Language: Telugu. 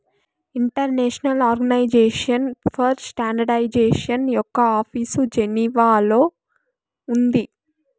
ఇంటర్నేషనల్ ఆర్గనైజేషన్ ఫర్ స్టాండర్డయిజేషన్ యొక్క ఆఫీసు జెనీవాలో ఉంది